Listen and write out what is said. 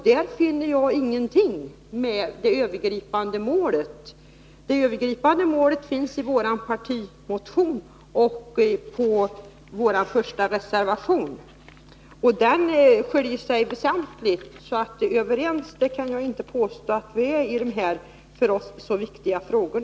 Där finner jag ingenting om de övergripande målen. I vår partimotion och i vår reservation 1 anger vi de övergripande målen, och de skiljer sig väsentligt från vad utskottsmajoriteten säger. Jag kan alltså inte påstå att vi är överens i dessa för oss så viktiga frågor.